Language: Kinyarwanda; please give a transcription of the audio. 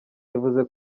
yavuze